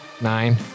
Nine